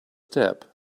step